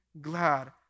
glad